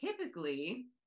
typically